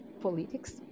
politics